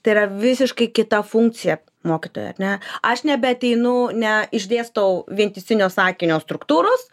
tai yra visiškai kita funkcija mokytojo ar ne aš nebeateinu ne išdėstau vientisinio sakinio struktūros